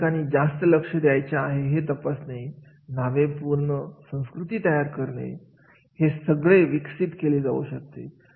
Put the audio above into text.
कोणत्या ठिकाणी जास्त लक्ष द्यायचे आहे हे तपासणे नाविन्यपूर्ण संस्कृती तयार करणे हे सगळे विकसित केले जाऊ शकते